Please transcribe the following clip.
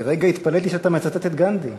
לרגע התפלאתי שאתה מצטט את גנדי.